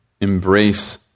embrace